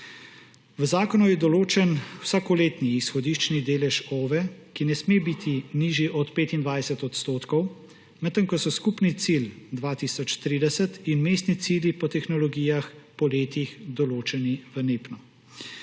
V zakonu je določen vsakoletni izhodiščni delež OVE, ki ne sme biti nižji od 25 %, medtem ko so skupni cilj 2030 in vmesni cilji po tehnologijah določeni v NEPN.